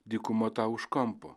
dykuma tau už kampo